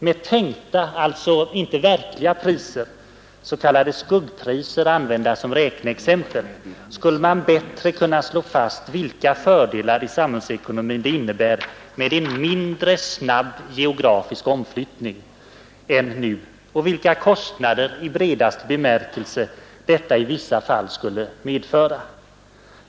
Med tänkta och alltså inte verkliga priser — s.k. skuggpriser, använda som räkneexempel — skulle man bättre kunna slå fast vilka fördelar för samhällsekonomin det innebär med en mindre snabb geografisk omflyttning än nu och vilka kostnader, i bredaste bemärkelse, detta skulle medföra.